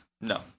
no